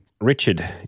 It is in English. Richard